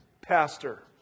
pastor